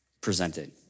presented